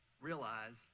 realize